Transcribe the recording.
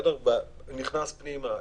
ונכנסים פנימה.